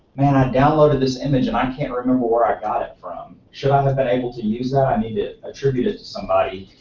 man i downloaded this image and i can't remember where i got it from. should i have been able to use that, i need to attribute it to somebody.